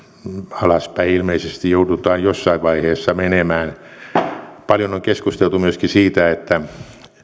alaspäin ilmeisesti joudutaan jossain vaiheessa menemään paljon on keskusteltu myöskin siitä että